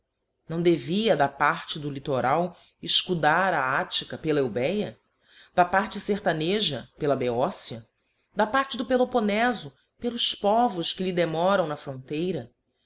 não devia da parte do littoral efcudar a attica pela éubéa da parte fertaneja pela beócia da parte do peloponefo pelos povos que lhe demoram na fronteira